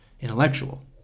intellectual